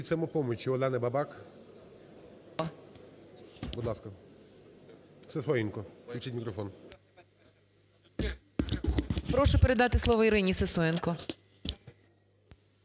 Прошу передати слово Ірині Сисоєнко.